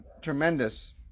tremendous